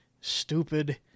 stupid